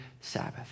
Sabbath